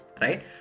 right